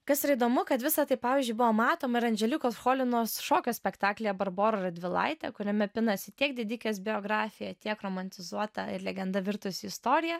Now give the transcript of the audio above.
kas yra įdomu kad visa tai pavyzdžiui buvo matoma ir andželikos cholinos šokio spektaklyje barbora radvilaitė kuriame pinasi tiek didikės biografija tiek romantizuota ir legenda virtusi istorija